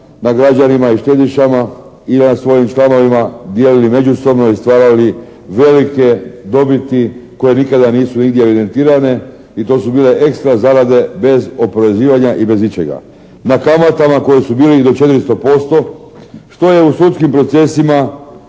na građanima i štedišama i na svojim članovima birali međusobno i stvarali velike dobiti koje nikada nisu nigdje evidentirane. I to su bile ekstra zarade bez oporezivanja i bez ičega. Na kamatama koje su bile i do 400% što je u sudskim procesima